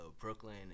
Brooklyn